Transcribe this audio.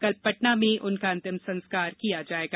कल पटना में उनका अंतिम संस्कार किया जाएगा